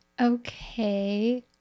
okay